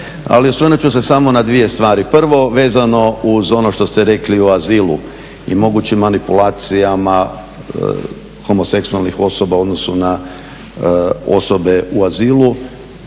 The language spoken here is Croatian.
Ali osvrnut ću se samo na dvije stvari. Prvo, vezano uz ono što ste rekli o azilu i mogućoj manipulaciji homoseksualnih osoba u odnosu na osobe u azilu.